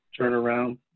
turnaround